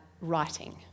writing